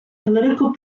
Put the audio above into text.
political